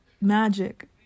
magic